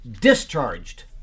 discharged